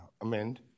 Amend